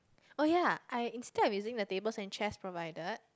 oh ya I instead of using the table and chair provided